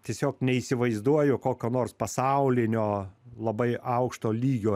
tiesiog neįsivaizduoju kokio nors pasaulinio labai aukšto lygio